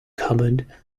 cardboard